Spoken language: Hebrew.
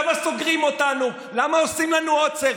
למה סוגרים אותנו, למה עושים לנו עוצר.